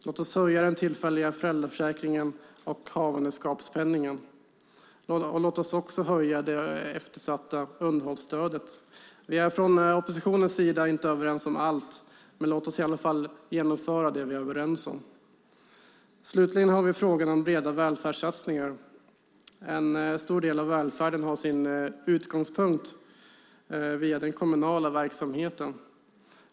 Låt oss höja den tillfälliga föräldraförsäkringen och havandeskapspenningen. Och låt oss höja det eftersatta underhållsstödet. Vi är från oppositionens sida inte överens om allt, men låt oss i alla fall genomföra det vi är överens om! Slutligen har vi frågan om breda välfärdssatsningar. En stor del av välfärden har sin utgångspunkt i den kommunala verksamheten.